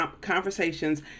conversations